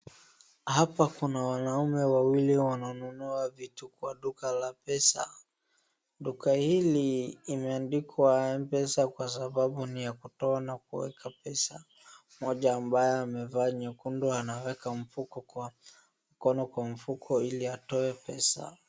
Hapa kuna wanaume wawili wananunua vitu kwa duka la pesa. Duka hili imeandikwa M-pesa kwa sababu ni ya kutoa na kuweka pesa. Mmoja ambaye amevaa nyekundu anaweka mfuko kwa, mkono kwa mfuko ili atoe pesa.